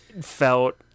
felt